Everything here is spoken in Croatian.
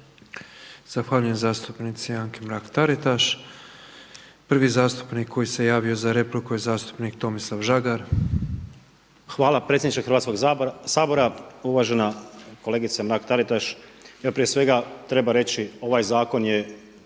Zahvaljujem zastupnici Anki Mrak Taritaš. Prvi zastupnik koji se javio za repliku je zastupnik Tomislav Žagar. **Žagar, Tomislav (Nezavisni)** Hvala predsjedniče Hrvatskog sabora, uvažena kolegice Mrak Taritaš. Evo prije svega treba reći ovaj zakon je